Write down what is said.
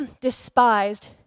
despised